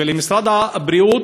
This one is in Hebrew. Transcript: ולמשרד הבריאות,